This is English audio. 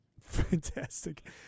Fantastic